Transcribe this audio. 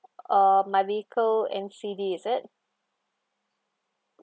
uh my vehicle N_C_D is it